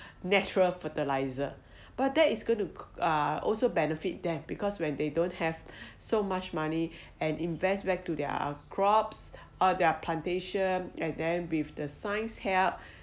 natural fertiliser but there is going to uh also benefit them because when they don't have so much money and invest back to their crops or their plantation and then with the science help